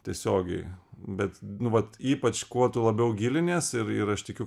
tiesiogiai bet nu vat ypač kuo tu labiau gilinies ir ir aš tikiu